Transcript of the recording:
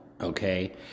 Okay